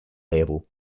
label